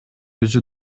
өзү